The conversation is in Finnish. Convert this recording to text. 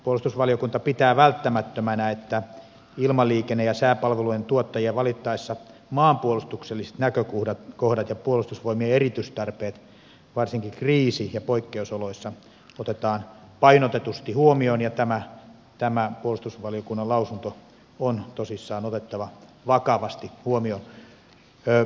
puolustusvaliokunta pitää välttämättömänä että ilmaliikenne ja sääpalvelujen tuottajia valittaessa maanpuolustukselliset näkökohdat ja puolustusvoimien erityistarpeet varsinkin kriisi ja poikkeusoloissa otetaan painotetusti huomioon ja tämä puolustusvaliokunnan lausunto on tosissaan otettava vakavasti huomioon